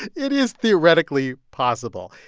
it is theoretically possible.